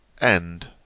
End